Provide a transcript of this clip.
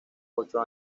ocho